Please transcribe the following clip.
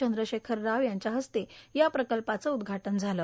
चंद्रशेखर राव यांच्या हस्ते या प्रकल्पाचं उद्घाटन झालं